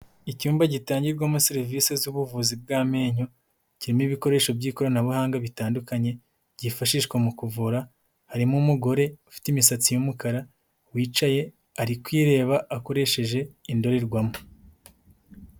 Icyumba gitangirwamo serivise z'ubuvuzi bw'amenyo, kirimo ibikoresho by'ikoranabuhanga bitandukanye byifashishwa mu kuvura, harimo umugore ufite imisatsi y'umukara wicaye ari kwireba akoresheje indorerwamo.